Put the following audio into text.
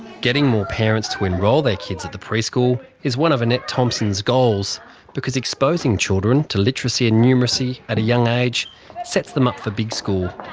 getting more parents to enrol their kids at the preschool is one of annette thomson's goals because exposing children to literacy and numeracy at a young age sets them up for big school.